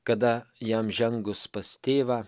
kada jam žengus pas tėvą